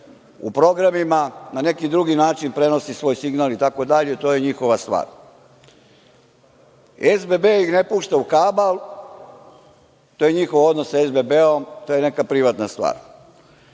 u programima, na neki drugi način prenosi svoj signal itd, to je njihova stvar. Dakle, SBB ih ne pušta u kabal, to je njihov odnos sa SBB, to je neka privatna stvar,